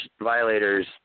violators